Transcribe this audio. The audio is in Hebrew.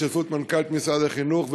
בהשתתפות מנכ"לית משרד החינוך,